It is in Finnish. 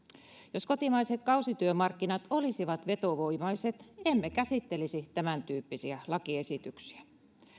jos kotimaiset kausityömarkkinat olisivat vetovoimaiset emme käsittelisi tämäntyyppisiä lakiesityksiä